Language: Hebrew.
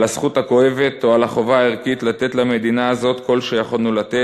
על הזכות הכואבת או על החובה הערכית לתת למדינה הזאת כל שיכולנו לתת,